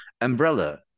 umbrella